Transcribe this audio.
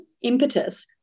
impetus